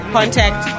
Contact